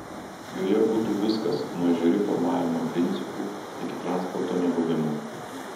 joje būtų viskas nuo žiuri formavimo principų iki transporto nebuvimo